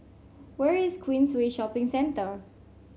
where is Queensway Shopping Centre